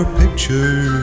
picture